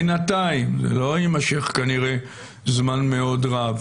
זה לא יימשך כנראה זמן מאוד רב